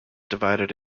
divided